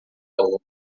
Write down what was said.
outra